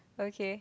okay